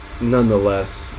nonetheless